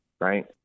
right